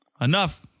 Enough